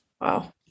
Wow